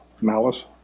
Malice